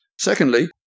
Secondly